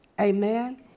Amen